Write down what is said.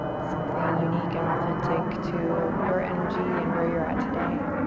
something unique and authentic to your energy and where you're at today.